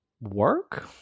work